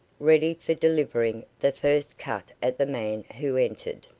ready for delivering the first cut at the man who entered.